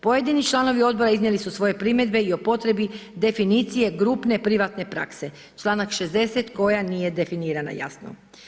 Pojedini članovi odbora iznijeli su svoje primjedbe i o potrebi definicije grupne privatne prakse, članak 60. koja nije definirana jasno.